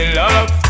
love